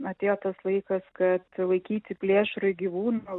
atėjo tas laikas kad laikyti plėšrųjį gyvūną